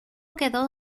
quedó